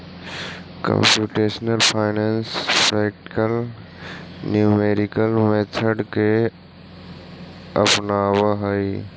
computational finance practical numerical method के अपनावऽ हई